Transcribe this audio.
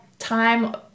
time